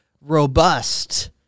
robust